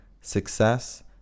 success